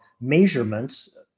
measurements